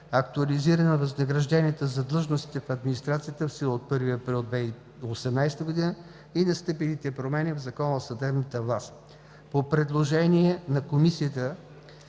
актуализиране на възнагражденията за длъжностите в администрацията от 1 април 2018 г. и настъпилите промени в Закона за съдебната власт. По предложение на Комисията